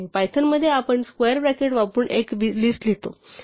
Python मध्ये आपण square bracket वापरून एक लिस्ट लिहितो